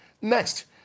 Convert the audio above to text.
Next